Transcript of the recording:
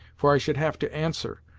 for i should have to answer,